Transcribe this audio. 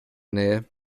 nähe